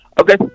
Okay